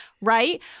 Right